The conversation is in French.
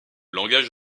langage